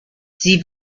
sie